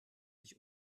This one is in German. sich